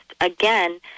again